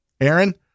Aaron